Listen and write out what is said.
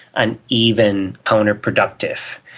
and even counter-productive.